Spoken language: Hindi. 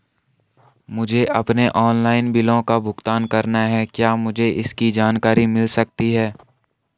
मुझे अपने ऑनलाइन बिलों का भुगतान करना है क्या मुझे इसकी जानकारी मिल सकती है?